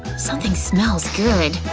something smells good